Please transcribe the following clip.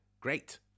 Great